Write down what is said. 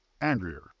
angrier